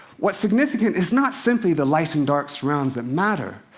what's significant is not simply the light and dark surrounds that matter.